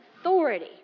authority